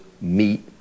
meet